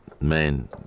man